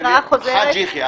של חאג' יחיא.